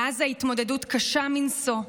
מאז ההתמודדות קשה מנשוא,